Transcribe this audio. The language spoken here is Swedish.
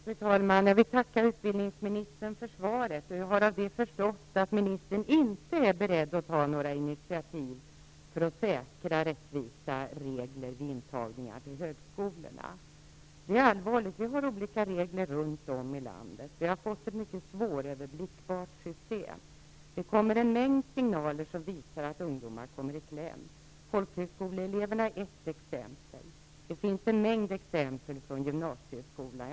Fru talman! Jag vill tacka utbildningsministern för svaret. Jag har av svaret förstått att ministern inte är beredd att ta några initiativ för att säkra rättvisa regler vid intagningar till högskolorna. Det är allvarligt. Vi har olika regler runt om i landet. Vi har fått ett mycket svåröverblickbart system. Det kommer en mängd signaler om att ungdomar kommer i kläm. Folkhögskoleeleverna är ett exempel, och det finns en mängd exempel på detta från gymnasieskolan.